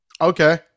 Okay